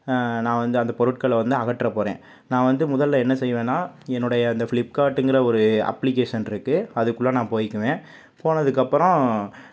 நான் வந்து அந்தப் பொருட்களை வந்து அகற்றப் போகிறேன் நான் வந்து முதலில் என்ன செய்வேன்னா என்னுடைய இந்த ஃபிளிப்கார்ட்டுங்கிற ஒரு அப்ளிகேஷன் இருக்குது அதுக்குள்ள நான் போயிக்குவேன் போனதுக்கப்புறம்